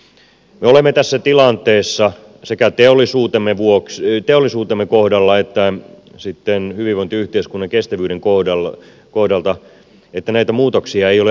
me olemme siinä tilanteessa sekä teollisuutemme kohdalla että sitten hyvinvointiyhteiskunnan kestävyyden kohdalla että näitä muutoksia ei ole aiemmin tehty